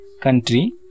country